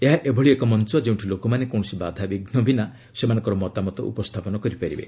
ଏହା ଏଭଳି ଏକ ମଞ୍ଚ ଯେଉଁଠି ଲୋକମାନେ କୌଣସି ବାଧାବିଘୁ ବିନା ସେମାନଙ୍କର ମତାମତ ଉପସ୍ଥାପନ କରିପାରିବେ